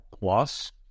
plus